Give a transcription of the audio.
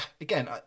again